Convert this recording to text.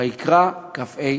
ויקרא כ"ה,